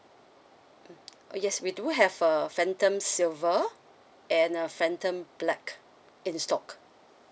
mm ah yes we do have a phantom silver and a phantom black in stock